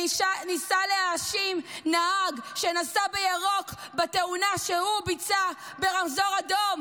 שניסה להאשים נהג שנסע בירוק בתאונה שהוא ביצע ברמזור אדום.